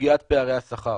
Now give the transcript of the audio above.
בסוגיית פערי השכר.